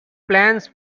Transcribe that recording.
plans